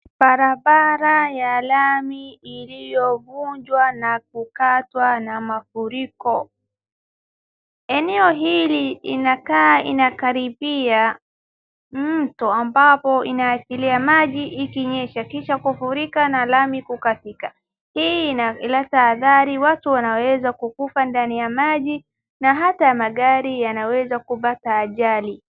Barabara ya lami iliyovunjwa na kukatwa na mafuriko. Eneo hili linakaa linakaribia mto ambapo inaachilia maji ikinyesha kisha kufurika na lami kukatika. Hii inaleta hathari, watu wanaweza kukufa ndani ya maji na hata magari yanaweza kupata ajali.